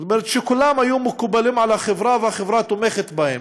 זאת אומרת שכולם היו מקובלים על החברה והחברה תומכת בהם,